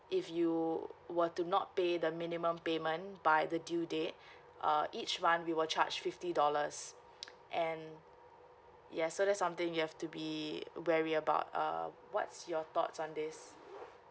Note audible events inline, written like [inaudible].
if you were to not pay the minimum payment by the due date [breath] uh each one we will charge fifty dollars [noise] and yes so that's something you have to be weary about err what's your thoughts on this